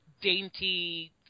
dainty